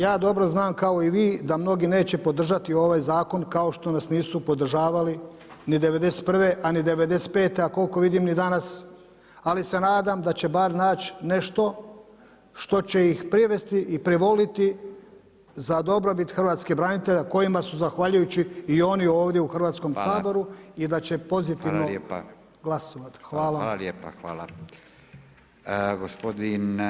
Ja dobro znam kao i vi da mnogi neće podržati ovaj zakon kao što nas nisu podržavali ni '91. a ni '95., a koliko vidim ni danas ali se nadam da će bar naći nešto što će ih privesti i privoliti za dobrobit hrvatskih branitelja kojima su zahvaljujući i oni ovdje u Hrvatskom saboru i da će pozitivno glasovati.